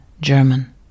German